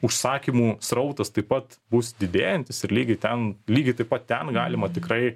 užsakymų srautas taip pat bus didėjantis ir lygiai ten lygiai taip pat ten galima tikrai